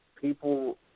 people